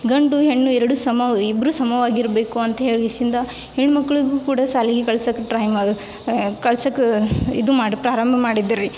ಗಂಡು ಹೆಣ್ಣು ಎರಡು ಸಮವು ಇಬ್ಬರೂ ಸಮವಾಗಿರಬೇಕು ಅಂತ ಹೇಳ್ಗಿಶಿಂದ ಹೆಣ್ಣು ಮಕ್ಕಳಿಗೂ ಕೂಡ ಶಾಲಿಗೆ ಕಳ್ಸಕ್ಕೆ ಟ್ರೈ ಮಾಗ್ ಕಳ್ಸಕ್ಕೆ ಇದು ಮಾಡಿ ಪ್ರಾರಂಭ ಮಾಡಿದ್ದರು ರೀ